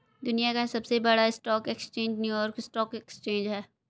दुनिया का सबसे बड़ा stock exchange New York stock exchange है